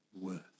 worth